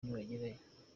nibagera